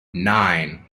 nine